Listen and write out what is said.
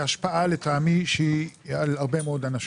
השפעה לטעמי שהיא על הרבה מאוד אנשים.